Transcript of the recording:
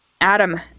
Adam